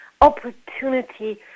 opportunity